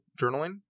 journaling